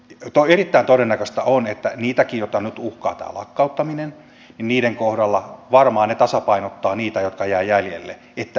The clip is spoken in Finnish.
eli erittäin todennäköistä on että nekin joita nyt uhkaa tämä lakkauttaminen varmaan tasapainottavat niitä jotka jäävät jäljelle että ei tulisi ruuhkaa